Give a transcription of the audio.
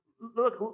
look